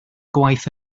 gwaith